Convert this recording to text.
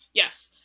yes.